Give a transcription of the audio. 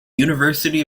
university